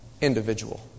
Individual